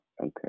Okay